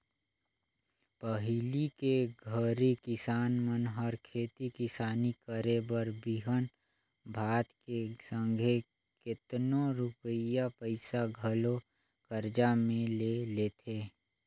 पहिली के घरी किसान मन हर खेती किसानी करे बर बीहन भात के संघे केतनो रूपिया पइसा घलो करजा में ले लेथें